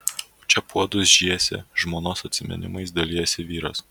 o čia puodus žiesi žmonos atsiminimais dalijasi vyras